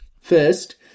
First